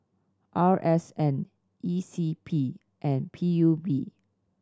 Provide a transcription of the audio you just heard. R S N E C P and P U B